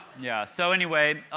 yeah so anyway,